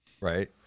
Right